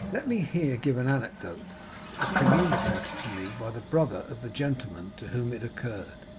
let me here give an anecdote that was communicated to me by the brother of the gentleman to whom it occurred.